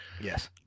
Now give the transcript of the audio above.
Yes